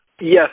Yes